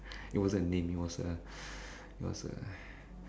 it wasn't a name it was a it was a